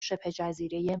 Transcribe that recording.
شبهجزیره